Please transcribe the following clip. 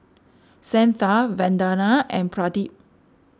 Santha Vandana and Pradip